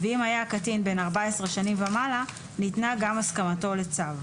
ואם היה הקטין בן 14 שנים ומעלה ניתנה גם הסכמתו לצו.